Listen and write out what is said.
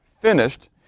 finished